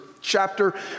chapter